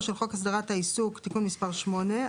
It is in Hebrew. של חוק הסדרת העיסוק (תיקון מס' 8),